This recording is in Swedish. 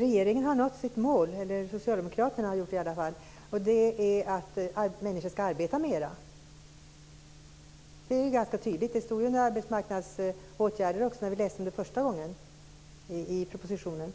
Fru talman! Socialdemokraterna har nått sitt mål, och det är att människor ska arbeta mera. Det är ganska tydligt. Det står under arbetsmarknadsåtgärder i propositionen.